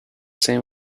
same